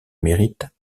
mérite